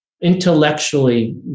intellectually